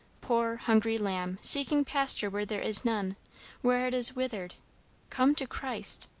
poor hungry lamb, seeking pasture where there is none where it is withered come to christ!